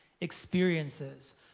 experiences